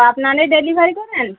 আপনারাই ডেলিভারি করেন